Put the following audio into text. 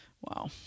Wow